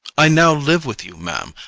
i now live with you, ma'am,